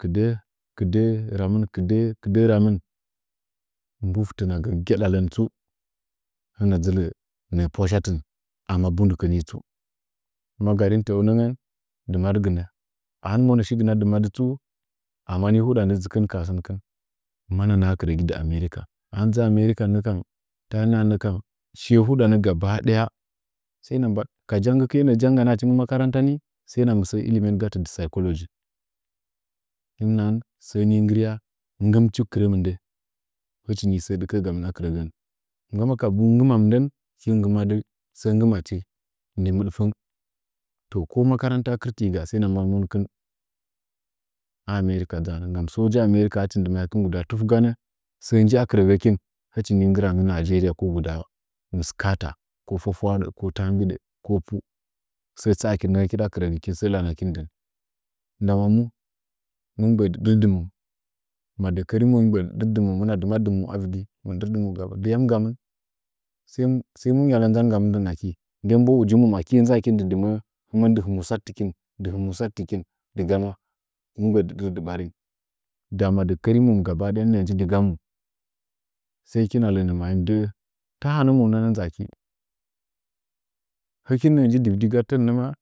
kɨdɚh kɨ dɚh ramamɨn kɨdɚh kɨdɚh ramɨn mbu fɨte na gɚ gadalen tsu hɨna dzt rɚ nɚɚ pwashatɨn bundɨkɚ ni tsu maga rin tɚɚu nɚgɚn dɨmadɨgɨnɚ ahin monɚ shigiha dɨmadɨ tsu ama a ni huɗanɚ dzɨkɨnka sɚnɚkɨn mana naha kɨrɚgɨ dɨ america ahin mɨ dzɨ america nɚ kam ta hin naha nɚ kam shiye hudanɚ gaba daya sai na mba ka jagikɨye jagand achi nggɨ makarantani sai na mɚsɚɚn ilima gatɚ dɨ phycology sɚn ni nggɨrya nggɨnchi kɨrɚ mɨndɚn hɨchi sɚ dɨgamɨn a aki rɚgɚn ma kabu nggɨma mɨndɚn hɨchim nggɨmadɨ sɚ nggɨmachi nde mɨ fɚng ko makarrata kɨn ti ga sai na mba monkɨn a america dzanɚ gan suja america ahɨchi ka dɨ kɨn uf ganɚ sɚɚ nji a kɨrɚ gɚkin hɨchini nggɨra nggɨ nageia ko gada mɨskaat, ko fwafwaɗɚ ko taambiɗɚ ko pau sɚ tsa akɨn ndɨngɚkin a kɨrɚgmkin sɚ lankin dɨh ndama mu mɨ mgbɚidɨ mɨ ɗɚrdɨn madɚkɚrimɚm mf mgbɚdimi ɗɨrdɨmɚn hɨmina dɨm addɨmɚm a vɨdi mɨ dirdimɚm yan gamɚn sai sai munyale nzan gamɨn dɨn aki nden bo ujimɚm aki dzakin dɨ dɨmɚɚ dɨ hɨ mussatɨkin dɨggama mɨ dɨrdi ɓarin da madakkeri mɚun gaba daya inɚɚ nji dɨga mu sai kina lɚnɚ asɚ dɚɚ ta hanɚmɚn nana nza aki hɨkin nɚɚ nji dɨvdi gateɚn nɚ ma.